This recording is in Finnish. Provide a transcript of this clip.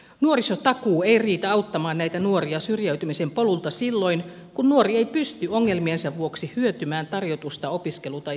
nuorisotakuu ei riitä auttamaan näitä nuoria syrjäytymisen polulta silloin kun nuori ei pysty ongelmiensa vuoksi hyötymään tarjotusta opiskelu tai työpaikasta